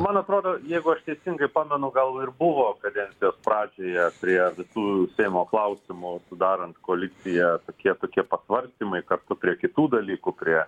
man atrodo jeigu aš teisingai pamenu gal ir buvo kadensijos pradžioje prie visų seimo klausimų sudarant koaliciją tokie tokie pasvarstymai kartu prie kitų dalykų prie